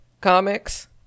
Comics